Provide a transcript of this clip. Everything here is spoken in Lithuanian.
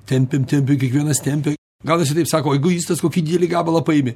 tempiam tempiam kiekvienas tempiam gal visi taip sakoegoistas kokį didelį gabalą paėmė